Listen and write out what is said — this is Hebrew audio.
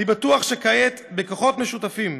אני בטוח שכעת, בכוחות משותפים,